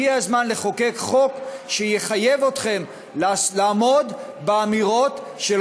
הגיע הזמן לחוקק חוק שיחייב אתכם לעמוד באמירות של